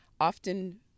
often